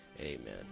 Amen